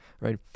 right